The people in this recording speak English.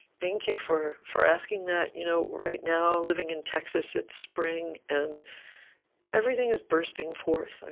thank you for for asking that. you know right now, living in texas, it's spring, and everything is bursting forth,